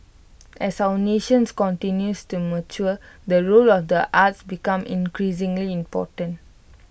as our nations continues to mature the role of the arts becomes increasingly important